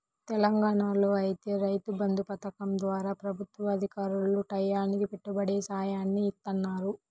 తెలంగాణాలో ఐతే రైతు బంధు పథకం ద్వారా ప్రభుత్వ అధికారులు టైయ్యానికి పెట్టుబడి సాయాన్ని ఇత్తన్నారు